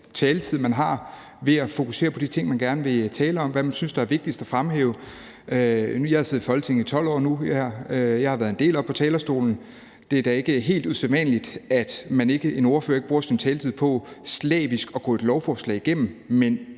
jo den taletid, man har, ved at fokusere på de ting, man gerne vil tale om, og hvad man synes er vigtigst at fremhæve. Jeg har siddet i Folketinget i 12 år nu her, og jeg har været en del oppe på talerstolen. Det er da ikke helt usædvanligt, at en ordfører ikke bruger sin taletid på slavisk at gå et lovforslag igennem,